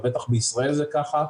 ובטח בישראל זה ככה.